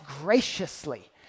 graciously